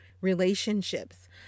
relationships